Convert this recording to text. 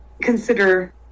consider